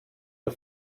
der